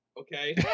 Okay